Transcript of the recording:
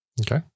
Okay